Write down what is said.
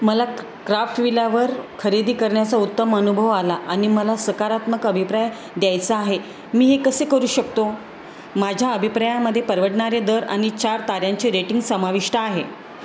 मला क्राफ्ट विलावर खरेदी करण्याचा उत्तम अनुभव आला आणि मला सकारात्मक अभिप्राय द्यायचा आहे मी हे कसे करू शकतो माझ्या अभिप्रायामध्ये परवडणारे दर आणि चार ताऱ्यांचे रेटिंग समाविष्ट आहे